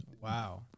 wow